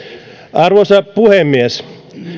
arvoisa puhemies